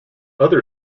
other